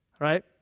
right